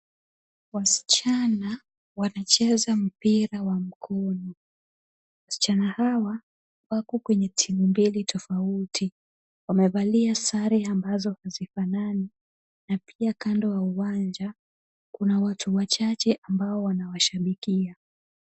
Wasichana wanacheza mpira wa mkono. Wasichana hawa wako kwenye timu mbili tofauti. Wamevalia sare ambazo hazifanani na pia kando ya uwanja kuna watu wachache ambao wanawashabikia.